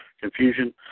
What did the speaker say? confusion